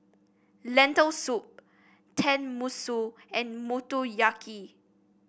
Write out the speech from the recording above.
Lentil Soup Tenmusu and Motoyaki